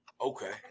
Okay